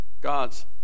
God's